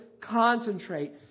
concentrate